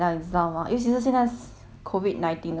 COVID nineteen 的关系现在很多都是